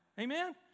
amen